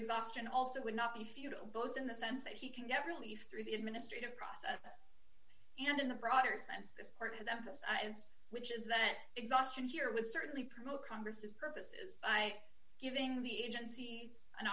exhaustion also would not be futile both in the sense that he can get relief through the administrative process and in the broader sense that's part of that which is that exhaustion here would certainly promote congress purposes i giving the agency an